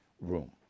room